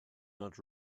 not